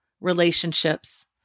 relationships